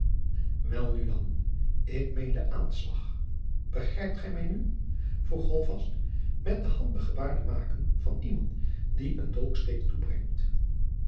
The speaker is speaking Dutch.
welnu dan ik meen den aanslag begrijpt gij mij nu vroeg holtvast met de hand de gebaarde makende van iemand die een dolksteek toebrengt